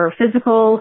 physical